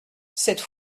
cette